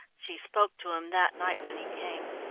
she spoke to him that night when he came.